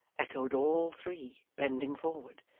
echoed all three, bending forward.